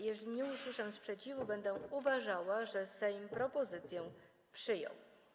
Jeżeli nie usłyszę sprzeciwu, będę uważała, że Sejm propozycję przyjął.